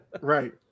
Right